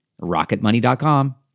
Rocketmoney.com